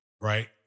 Right